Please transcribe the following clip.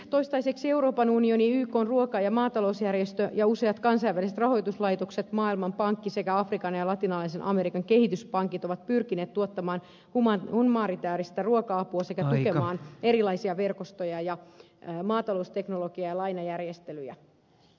toistaiseksi euroopan unioni ykn ruoka ja maatalousjärjestö sekä useat kansainväliset rahoituslaitokset maailmanpankki sekä afrikan ja latinalaisen amerikan kehityspankit ovat pyrkineet tuottamaan humanitääristä ruoka apua sekä tukemaan erilaisia verkostoja ja maatalousteknologia ja lainajärjestelyjä